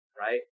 right